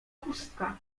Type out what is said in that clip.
pustka